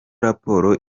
raporo